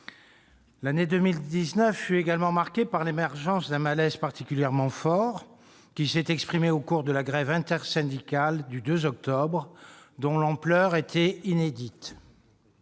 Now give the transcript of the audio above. L'année 2019 est également marquée par l'émergence d'un malaise particulièrement fort. Ce dernier s'est exprimé au cours de la grève intersyndicale du 2 octobre dernier, dont l'ampleur s'est révélée